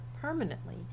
permanently